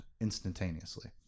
instantaneously